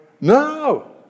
no